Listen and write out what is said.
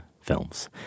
films